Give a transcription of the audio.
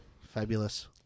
Fabulous